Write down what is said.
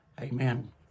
Amen